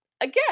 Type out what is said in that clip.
again